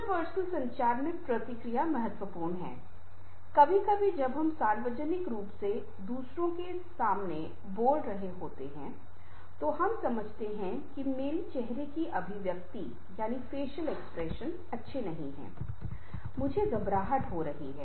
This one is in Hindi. इंट्रपर्सनल संचार में प्रतिक्रिया महत्वपूर्ण है कभी कभी जब हम सार्वजनिक रूप से दूसरों के सामने बोल रहे होते हैं तो हम समझते हैं कि मेरी चेहरे की अभिव्यक्ति अच्छी नहीं है मुझे घबराहट हो रही है